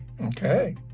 okay